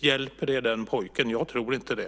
Hjälper det den pojken? Jag tror inte det.